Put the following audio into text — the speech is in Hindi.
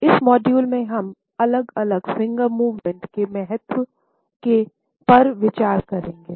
इस मॉड्यूल में हम अलग अलग फिंगर मूवमेंट के महत्व पर विचार करेंगे